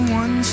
one